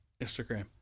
Instagram